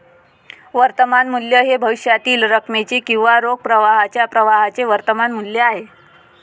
वर्तमान मूल्य हे भविष्यातील रकमेचे किंवा रोख प्रवाहाच्या प्रवाहाचे वर्तमान मूल्य आहे